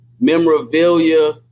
memorabilia